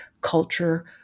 culture